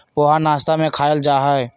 पोहा नाश्ता में खायल जाहई